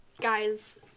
guys